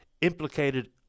implicated